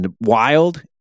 wild